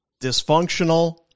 dysfunctional